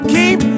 Keep